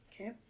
Okay